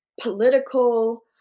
Political